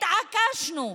התעקשנו,